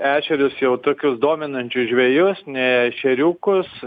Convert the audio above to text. ešerius jau tokius dominančius žvejus ne ešeriukus